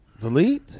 Delete